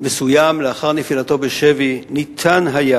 מסוים לאחר נפילתו בשבי ניתן היה